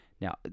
Now